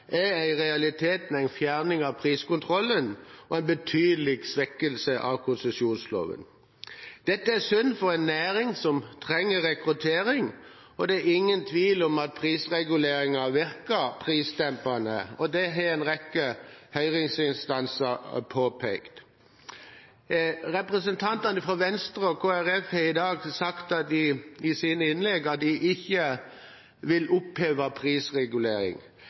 er i realiteten en fjerning av priskontrollen og en betydelig svekkelse av konsesjonsloven. Dette er synd for en næring som trenger rekruttering. Det er ingen tvil om at prisregulering har virket prisdempende, og det har en rekke høringsinstanser påpekt. Representantene fra Venstre og Kristelig Folkeparti har i dag sagt i sine innlegg at de ikke vil oppheve prisregulering.